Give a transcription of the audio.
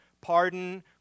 pardon